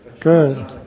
good